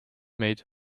meid